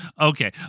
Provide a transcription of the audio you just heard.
Okay